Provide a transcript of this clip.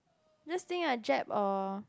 just think like Jap or